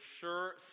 sure